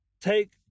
take